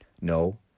No